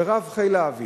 ורב חיל האוויר,